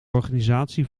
organisatie